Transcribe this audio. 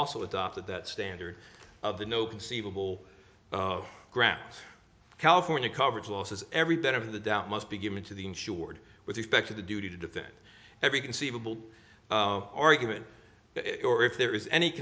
also adopted that standard of the no conceivable grap california coverage losses every bit of the doubt must be given to the insured with respect to the duty to defend every conceivable argument or if there is any